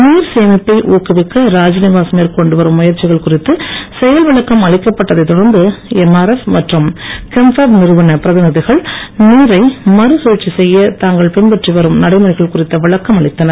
நீர் சேமிப்பை ஊக்குவிக்க ராஜ்நிவாஸ் மேற்கொண்டு வரும் முயற்சிகள் குறித்து செயல்விளக்கம் அளிக்கப்பட்டதை தொடர்ந்து எம்ஆர்எப் மற்றும் கெம்ப்ஃபேப் நிறுவன பிரதிநிதிகள் நீரை மறு சுழற்சி செய்யத் தாங்கள் பின்பற்றி வரும் நடைமுறைகள் குறித்த விளக்கம் அளித்தனர்